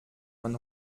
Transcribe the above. man